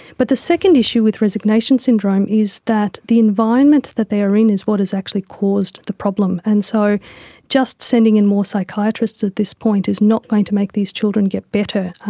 but the second second issue with resignation syndrome is that the environment that they are in is what has actually caused the problem. and so just sending in more psychiatrists at this point is not going to make these children get better.